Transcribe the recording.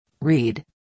read